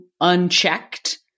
unchecked